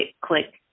click